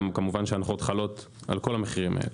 כמובן שההנחות חלות על כל המחירים האלה.